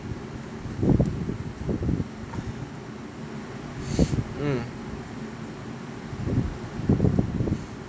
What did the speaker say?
mm